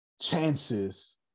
Chances